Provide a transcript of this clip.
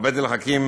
עבד אל חכים